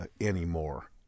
anymore